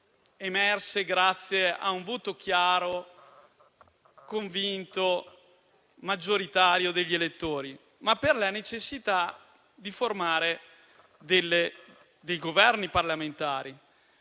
emersi grazie a un voto chiaro, convinto e maggioritario degli elettori, ma per la necessità di formare dei Governi parlamentari.